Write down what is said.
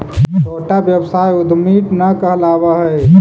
छोटा व्यवसाय उद्यमीट न कहलावऽ हई